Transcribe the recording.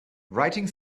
writing